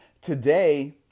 Today